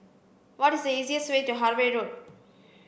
what is the easiest way to Harvey Road